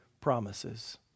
promises